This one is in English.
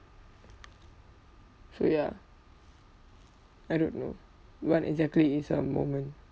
so ya I don't know what exactly is a moment